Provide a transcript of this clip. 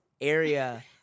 area